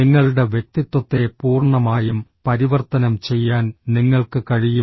നിങ്ങളുടെ വ്യക്തിത്വത്തെ പൂർണ്ണമായും പരിവർത്തനം ചെയ്യാൻ നിങ്ങൾക്ക് കഴിയും